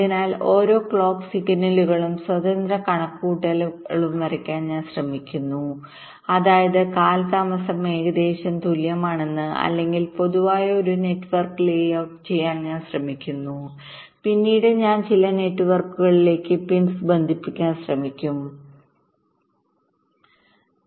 അതിനാൽ ഓരോ ക്ലോക്ക് സിഗ്നലുകളിലേക്കും സ്വതന്ത്ര കണക്കുകൂട്ടലുകൾ വരയ്ക്കാൻ ഞാൻ ശ്രമിക്കുന്നു അതായത് കാലതാമസം ഏകദേശം തുല്യമാണ് അല്ലെങ്കിൽ പൊതുവായ ഒരു നെറ്റ്വർക്ക് ലേഔട്ട് ചെയ്യാൻ ഞാൻ ശ്രമിക്കുന്നു പിന്നീട് ഞാൻ ചില നെറ്റ്വർക്കുകളിലേക്ക് പിൻസ് ബന്ധിപ്പിക്കാൻ ശ്രമിക്കും വഴി